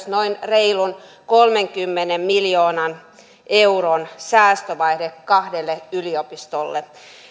noin reilun kolmenkymmenen miljoonan euron säästövaade kahdelle yliopistolle